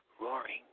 roaring